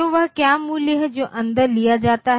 तो वह क्या मूल्य है जो अंदर लिया जाता है